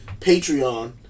Patreon